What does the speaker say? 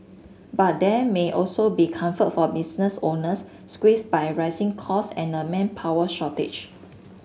but there may also be comfort for business owners squeezed by rising costs and a manpower shortage